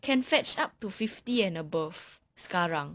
can fetch up to fifty and above sekarang